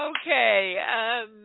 Okay